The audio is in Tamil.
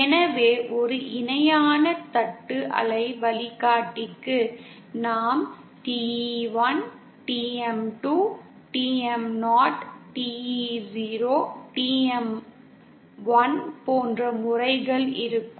எனவே ஒரு இணையான தட்டு அலை வழிகாட்டிக்கு நாம் TE1 TM2 TM0 TE0 TM1 போன்ற முறைகள் இருக்கும்